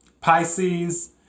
Pisces